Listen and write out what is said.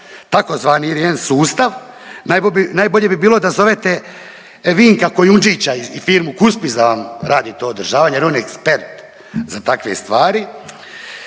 razumije./... sustav, najbolje bi bilo da zovete Vinka Kujundžić i firmu Cuspis da vam radi to održavanje jer on je ekspert za takve stvari.